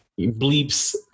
Bleep's